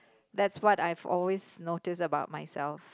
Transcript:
that's what I always notice about myself